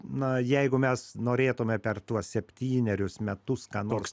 na jeigu mes norėtume per tuos septynerius metus ką nors